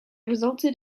resulted